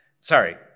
sorry